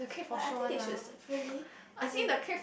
like I think they should really as in